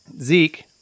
Zeke